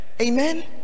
amen